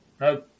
no